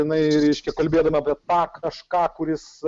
jinai reiškia kalbėdama apie tą kažką kuris